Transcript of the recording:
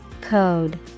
Code